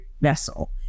vessel